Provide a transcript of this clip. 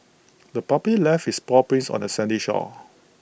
the puppy left its paw prints on the sandy shore